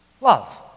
Love